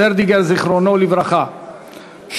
זיכרונו לברכה,